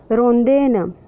रौंह्दे न